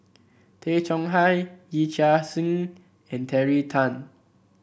Tay Chong Hai Yee Chia Hsing and Terry Tan